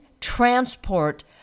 transport